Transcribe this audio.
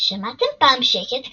"שמעתם פעם שקט כזה?"